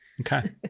Okay